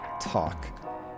Talk